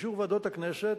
לאישור ועדות הכנסת,